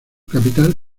capital